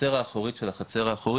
חצר אחורית של החצר האחורית